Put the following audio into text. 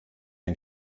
ein